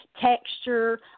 texture